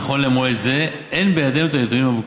נכון למועד זה אין בידינו את הנתונים המבוקשים.